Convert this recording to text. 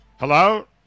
Hello